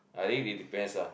I think it depends lah